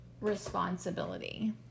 responsibility